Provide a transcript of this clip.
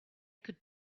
could